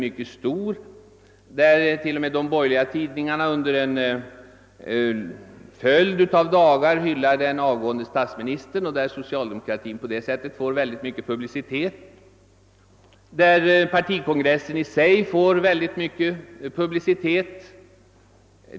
När till och med de borgerliga tidningarna under en följd av dagar hyllade den avgående statsministern och socialdemokratin på det sättet fick mycken publicitet steg irritationen. Även partikongressen fick mycken publicitet.